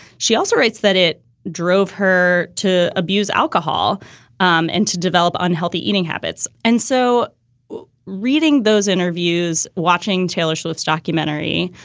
she also writes that it drove her to abuse alcohol um and to develop unhealthy eating habits. and so while reading those interviews, watching taylor schultz documentary,